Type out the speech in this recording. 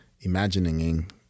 imagining